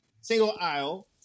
single-aisle